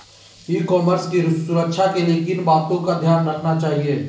ई commerce की सुरक्षा के लिए किन बातों का ध्यान रखना चाहिए?